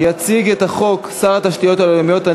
יציג את החוק שר התשתיות הלאומיות,